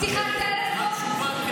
שיחת טלפון?